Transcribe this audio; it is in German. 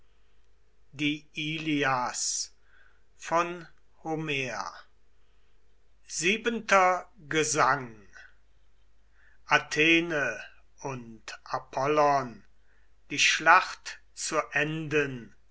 siebenter gesang athene und apollon die schlacht zu enden